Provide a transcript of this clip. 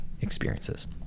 experiences